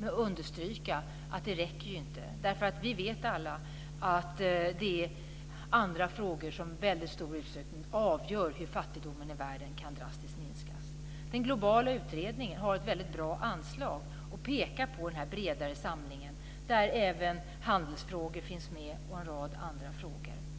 understryka att det inte räcker, därför att vi alla vet att det är andra frågor som i väldigt stor utsträckning avgör hur fattigdomen i världen drastiskt kan minskas. Den globala utredningen har ett mycket bra anslag och pekar på den här bredare samlingen, där även handelsfrågor och en rad andra frågor finns med.